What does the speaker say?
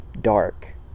dark